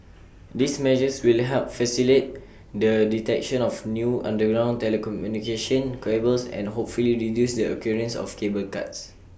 these measures really help facilitate the detection of new underground telecommunication cables and hopefully reduce the occurrence of cable cuts